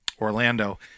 Orlando